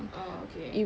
oh okay